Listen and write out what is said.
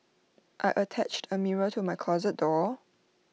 I attached A mirror to my closet door